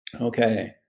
Okay